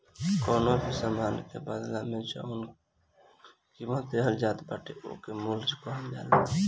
कवनो भी सामान के बदला में जवन कीमत देहल जात बाटे ओके मूल्य कहल जाला